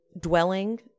dwelling